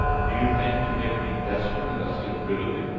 do you think to make me desperate and thus get rid of me?